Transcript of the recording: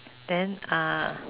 then uh